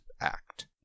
Act